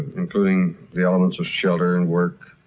including the elements of shelter and work,